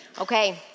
Okay